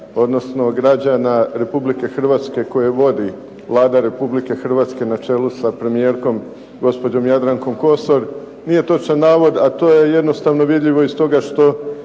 odnosno građana Republike Hrvatske koje vodi Vlada Republike Hrvatske na čelu sa premijerkom gospođom Jadrankom Kosor. Nije točan navod, a to je jednostavno vidljivo iz toga što